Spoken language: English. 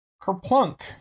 Kerplunk